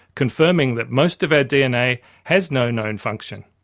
confirming that most of our dna has no known function.